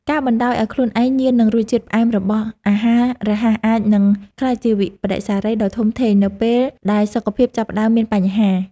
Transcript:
ការបណ្តោយឲ្យខ្លួនឯងញៀននឹងរសជាតិផ្អែមរបស់អាហាររហ័សអាចនឹងក្លាយជាវិប្បដិសារីដ៏ធំធេងនៅពេលដែលសុខភាពចាប់ផ្តើមមានបញ្ហា។